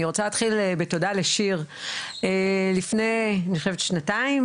אני אגיד שבמשך שנים אנחנו ניסינו לפתוח קבוצות לבנות זוג של לוחמים,